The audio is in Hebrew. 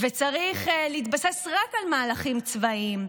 וצריך להתבסס רק על מהלכים צבאיים.